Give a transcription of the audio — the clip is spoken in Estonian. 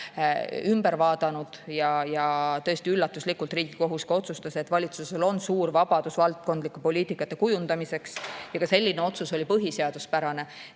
ümber vaadanud. Tõesti, üllatuslikult Riigikohus ka otsustas, et valitsusel on suur vabadus valdkondlikke poliitikaid kujundada ja selline otsus oli põhiseaduspärane.